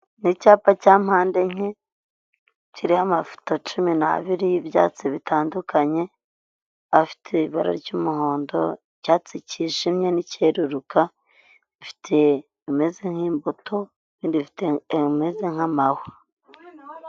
Icyapa cya mpande enye kiriho amafoto cumi n'abiri y'ibyatsi bitandukanye, afite ibara ry'umuhondo, icyatsi cyijimye n'icyeruruka, afite ibimeze nk'imbuto ibindi bifite ibimeze nk'amahwa.